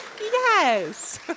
Yes